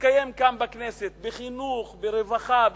שמתקיים כאן בכנסת בענייני חינוך, רווחה,